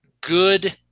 good